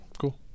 cool